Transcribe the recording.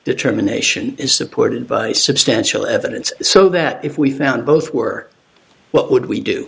determination is supported by substantial evidence so that if we found both were what would we do